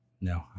No